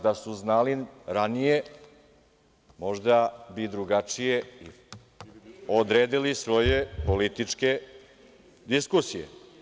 Da su znali ranije možda bi drugačije odredile svoje političke diskusije.